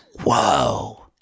whoa